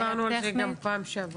דיברנו על זה גם פעם שעברה.